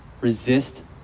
resist